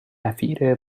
نفیر